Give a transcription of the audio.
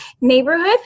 neighborhood